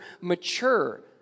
mature